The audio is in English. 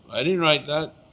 i didn't write that,